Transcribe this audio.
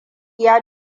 ya